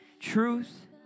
truth